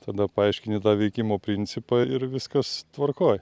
tada paaiškini tą veikimo principą ir viskas tvarkoj